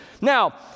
Now